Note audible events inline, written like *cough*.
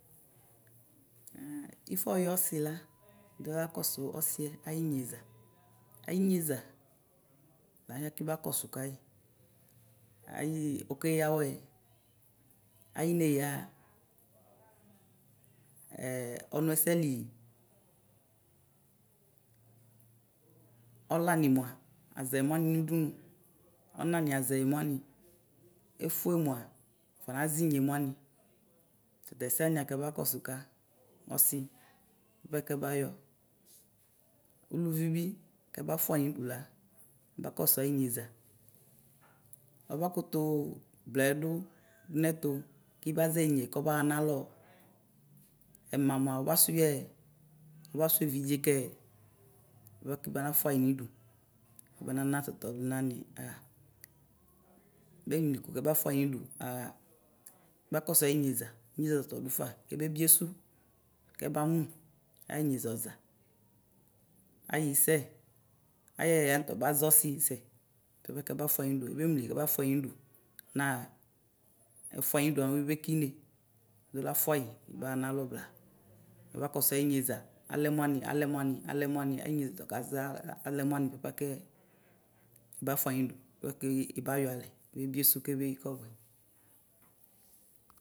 Ifɔyɔ ɔsila edda kɔsʋ ɔsiyɛ ayinyeza ayinyeza lalɛ kiba kɔsʋ kayi ayi ɔkeya awɛ ayineya *hesitation* ɔnʋɛsɛli, ɔlani mʋa azɛ mʋani nʋ ʋdʋnʋ ɔnani azɛnʋani, ɛfʋe mʋa afɔnazinye mʋani, tatɛsɛni lakaba kɔsʋka ɔsi bʋapɛ kɛbayɔ, ʋlʋvi bi kaba fʋayi nʋdʋ la ɛbakɔsʋ ayinyeza ɔbakɔtʋ blayɛ nɛtʋ kibazinye kɔbaɣa nalɔ ɛma mʋa ɔbasʋyɛ ɔbasʋ evidzekɛ bʋa kibanafʋa yi nʋdʋ kibana na tatʋ alʋ na ni aɣa bemli kʋ bafʋayi nʋ dʋ aɣa bakɔsʋ ayinyeza ɔza, ayisɛ ayɛya nʋtɔba zɛ ɔsisɛ bʋapɛ keba fʋayi nʋdʋnaɣa ɛfʋayi nʋ dʋ amɛ ɔbebe ki ʋne, edɔla fʋayi baɣa nalɔ blaa, ɛba kɔsʋ ayinyeza, alɛ mʋ ani, alɛ mʋ ani, alɛ mʋ ani ayinye tʋ ɔkaza alɛ mʋani bʋakɛ ɛbafʋayi nʋdʋ bʋakɛ ibayɔ alɛ ebebiesʋ kɛbeyi kɔbʋɛ.